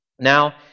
Now